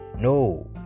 No